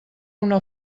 una